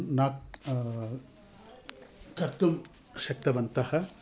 न क् कर्तुं शक्तवन्तः